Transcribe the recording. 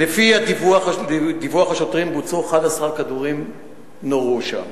לפי הדיווח, דיווח השוטרים, 11 כדורים נורו שם,